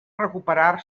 recuperar